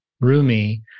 Rumi